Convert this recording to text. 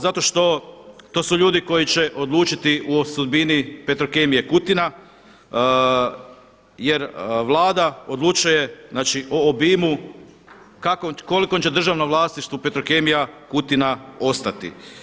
Zato što to su ljudi koji će odlučiti o sudbini Petrokemije Kutina jer Vlada odlučuje o obimu u kolikom će državnom vlasništvu Petrokemija Kutina ostati.